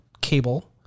cable